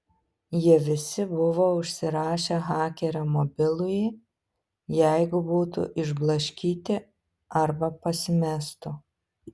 jie visi buvo užsirašę hakerio mobilųjį jeigu būtų išblaškyti arba pasimestų